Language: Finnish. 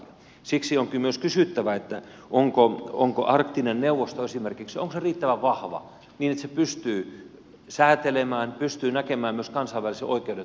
siksi onkin myös kysyttävä onko esimerkiksi arktinen neuvosto riittävän vahva niin että se pystyy säätelemään pystyy näkemään myös kansainvälisen oikeuden toteutumisen